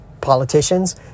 politicians